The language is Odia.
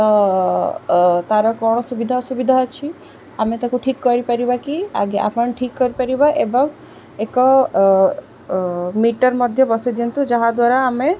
ତ ତା'ର କ'ଣ ସୁବିଧା ଅସୁବିଧା ଅଛି ଆମେ ତାକୁ ଠିକ୍ କରିପାରିବା କି ଆଜ୍ଞା ଆପଣ ଠିକ୍ କରିପାରିବା ଏବଂ ଏକ ମିଟର ମଧ୍ୟ ବସେଇ ଦିଅନ୍ତୁ ଯାହାଦ୍ୱାରା ଆମେ